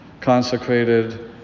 consecrated